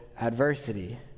adversity